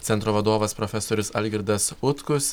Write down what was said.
centro vadovas profesorius algirdas utkus